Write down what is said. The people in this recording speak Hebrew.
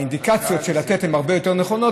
שהאינדיקציות של לתת הן הרבה יותר נכונות,